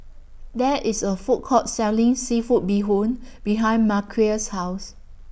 There IS A Food Court Selling Seafood Bee Hoon behind Marquez's House